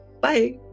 Bye